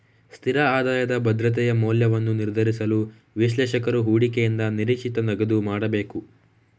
ಸ್ಥಿರ ಆದಾಯದ ಭದ್ರತೆಯ ಮೌಲ್ಯವನ್ನು ನಿರ್ಧರಿಸಲು, ವಿಶ್ಲೇಷಕರು ಹೂಡಿಕೆಯಿಂದ ನಿರೀಕ್ಷಿತ ನಗದು ಮಾಡಬೇಕು